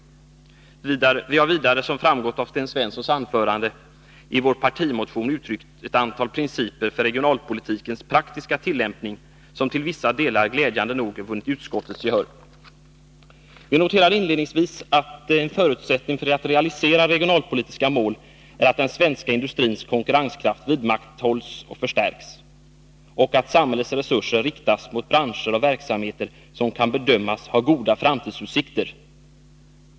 Vi har vidare, som framgick av Sten Svenssons anförande, i vår partimotion uttryckt ett antal principer för regionalpolitikens praktiska tillämpning, som till vissa delar glädjande nog vunnit utskottets gehör. Vi noterar inledningsvis att en förutsättning för att realisera regionalpolitiska mål är att den svenska industrins konkurrenskraft vidmakthålls och förstärks och att samhällets resurser riktas mot branscher och verksamheter, som kan bedömas ha goda framtidsutsikter.